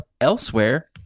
elsewhere